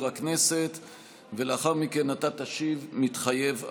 הכנסת ולאחר מכן אתה תשיב: "מתחייב אני".